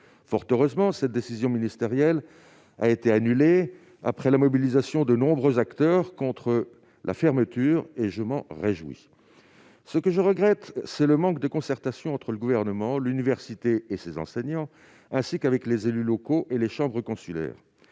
Fort heureusement, cette décision ministérielle a été annulée après la mobilisation de nombreux acteurs contre cette fermeture, et je m'en réjouis. Ce que je regrette, en revanche, c'est le manque de concertation entre le Gouvernement, l'université et ses enseignants, ainsi que les élus locaux et les chambres consulaires.